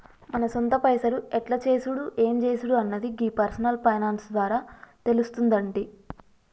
మన సొంత పైసలు ఎట్ల చేసుడు ఎం జేసుడు అన్నది గీ పర్సనల్ ఫైనాన్స్ ద్వారా తెలుస్తుందంటి